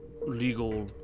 legal